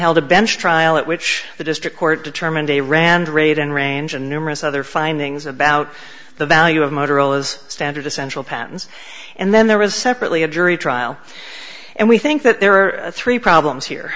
held a bench trial at which the district court determined a rand raid in range and numerous other findings about the value of motorola's standard essential patents and then there was separately a jury trial and we think that there are three problems here